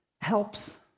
helps